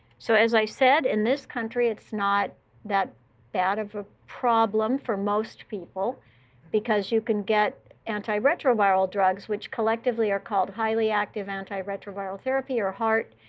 so as i said, in this country, it's not that bad of a problem for most people because you can get antiretroviral drugs, which collectively are called highly active antiretroviral therapy, or haart.